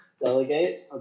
Delegate